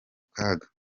kaga